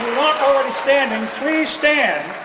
already standing, please stand.